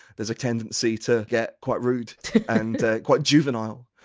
there's a tendency to get quite rude and quite juvenile.